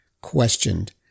questioned